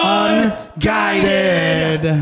unguided